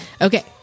Okay